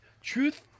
truth